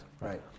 Right